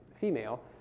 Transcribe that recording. female